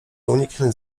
uniknąć